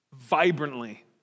vibrantly